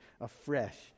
afresh